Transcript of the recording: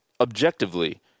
objectively